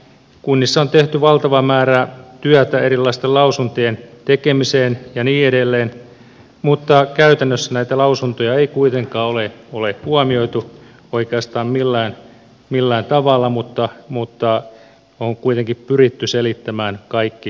kunnissa on tehty valtava määrä työtä erilaisten lausuntojen tekemiseen ja niin edelleen mutta käytännössä näitä lausuntoja ei kuitenkaan ole huomioitu oikeastaan millään tavalla mutta on kuitenkin pyritty selittämään kaikki parhain päin